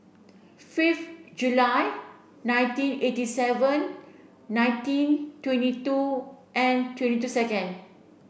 fifth July nineteen eighty seven nineteen twenty two and twenty two second